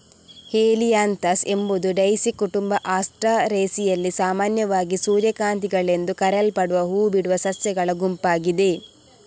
Helianthus ಎಂಬುದು daisy ಕುಟುಂಬ ಆಸ್ಟರೇಸಿಯಲ್ಲಿ ಸಾಮಾನ್ಯವಾಗಿ ಸೂರ್ಯಕಾಂತಿಗಳೆಂದು ಕರೆಯಲ್ಪಡುವ ಹೂ ಬಿಡುವ ಸಸ್ಯಗಳ ಗುಂಪಾಗಿದೆ